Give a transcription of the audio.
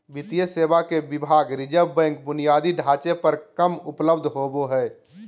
वित्तीय सेवा के विभाग रिज़र्व बैंक बुनियादी ढांचे पर कम उपलब्ध होबो हइ